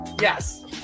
Yes